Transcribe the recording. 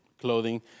clothing